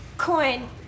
coin